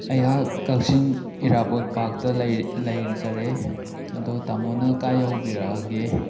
ꯑꯩꯍꯥꯛ ꯀꯛꯆꯤꯡ ꯏꯔꯥꯕꯣꯠ ꯄꯥꯔꯛꯇ ꯂꯩꯖꯔꯦ ꯑꯗꯣ ꯇꯥꯃꯣꯅ ꯀꯗꯥꯏ ꯌꯧꯕꯤꯔꯛꯂꯒꯦ